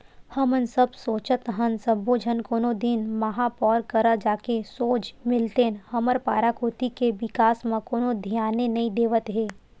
हमन सब सोचत हन सब्बो झन कोनो दिन महापौर करा जाके सोझ मिलतेन हमर पारा कोती के बिकास म कोनो धियाने नइ देवत हे